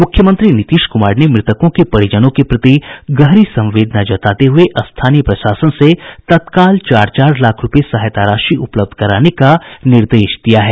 मुख्यमंत्री नीतीश कुमार ने मृतकों के परिजनों के प्रति गहरी संवेदना जताते हुये स्थानीय प्रशासन से तत्काल चार चार लाख रूपये सहायता राशि उपलब्ध कराने का निर्देश दिया है